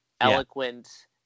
eloquent